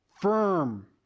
firm